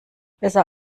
besser